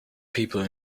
people